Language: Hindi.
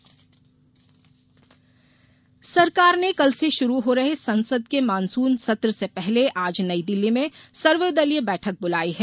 सर्वदलीय बैठक सरकार ने कल से शुरू हो रहे संसद के मॉनसून सत्र से पहले आज नई दिल्ली में सर्वदलीय बैठक बुलाई है